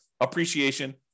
appreciation